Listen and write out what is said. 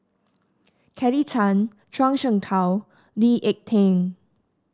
Kelly Tang Zhuang Shengtao Lee Ek Tieng